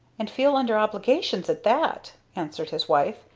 and feel under obligations at that! answered his wife.